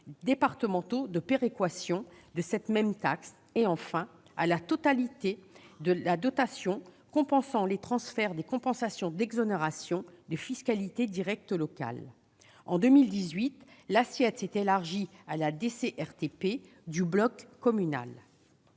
départementaux de péréquation de cette même taxe, et enfin à la totalité de la dotation compensant les transferts des compensations d'exonération de fiscalité directe locale. En 2018, l'assiette a intégré la DCRTP du bloc communal